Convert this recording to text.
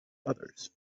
others